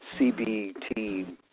CBT